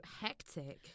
hectic